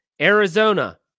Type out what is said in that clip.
Arizona